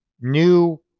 new